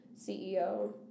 CEO